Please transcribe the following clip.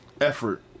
effort